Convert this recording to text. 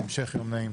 ישיבה זו נעולה.